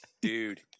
dude